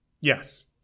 Yes